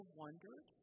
wondered